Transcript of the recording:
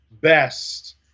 best